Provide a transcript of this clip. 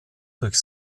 durch